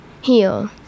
Heal